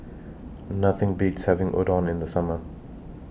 Nothing Beats having Udon in The Summer